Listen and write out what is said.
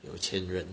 有钱人